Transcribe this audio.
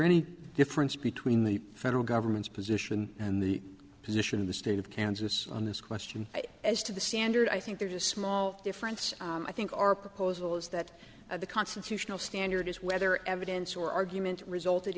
any difference between the federal government's position and the position of the state of kansas on this question as to the standard i think there's a small difference i think our proposal is that the constitutional standard is whether evidence or argument resulted